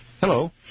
Hello